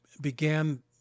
began